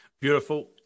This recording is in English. beautiful